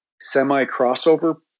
semi-crossover